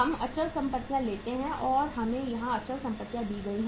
हम अचल संपत्तियां लेते हैं और हमें यहां अचल संपत्तियां दी जाती हैं